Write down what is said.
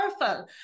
powerful